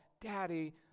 Daddy